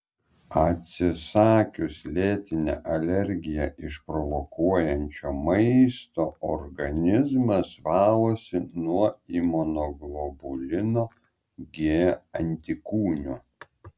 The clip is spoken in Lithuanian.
atsisakius lėtinę alergiją išprovokuojančio maisto organizmas valosi nuo imunoglobulino g antikūnų